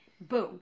Boom